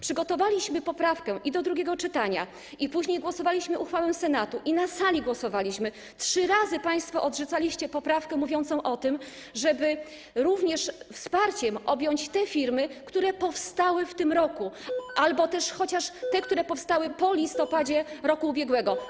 Przygotowaliśmy poprawkę do drugiego czytania, później głosowaliśmy nad uchwałą Senatu i na sali głosowaliśmy - trzy razy państwo odrzucaliście poprawkę mówiącą o tym, żeby wsparciem objąć również te firmy, które powstały w tym roku, albo chociaż te, które powstały po listopadzie roku ubiegłego.